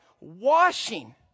washing